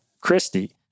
Christie